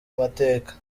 mateka